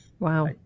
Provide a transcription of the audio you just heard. Wow